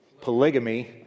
polygamy